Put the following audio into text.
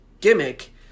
gimmick